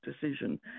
decision